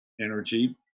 energy